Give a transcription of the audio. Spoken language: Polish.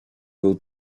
był